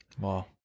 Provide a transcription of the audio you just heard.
Wow